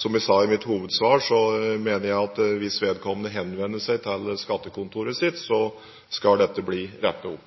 som jeg sa i mitt hovedsvar, skal dette bli rettet opp hvis vedkommende henvender seg til sitt